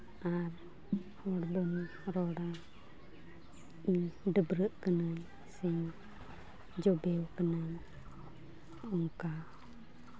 ᱟᱨ ᱦᱚᱲ ᱫᱚᱢ ᱨᱚᱲᱟ ᱤᱧ ᱰᱟᱹᱵᱽᱨᱟᱹᱜ ᱠᱟᱹᱱᱟᱹᱧ ᱥᱮᱧ ᱡᱚᱵᱮ ᱠᱟᱹᱱᱟᱹᱧ ᱚᱱᱠᱟ